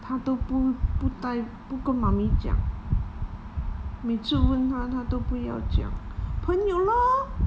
他都不带不跟 mommy 讲每次问他他都不要讲朋友 lor